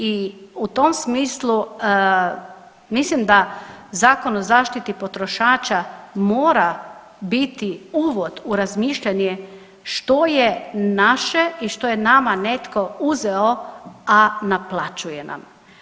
I u tom smislu mislim da Zakon o zaštiti potrošača mora biti uvod u razmišljanje što je naše i što je nama netko uzeo, a naplaćuje nam.